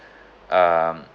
um